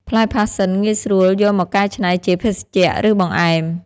ផ្លែផាសសិនងាយស្រួលយកមកកែច្នៃជាភេសជ្ជៈ ឬបង្អែម។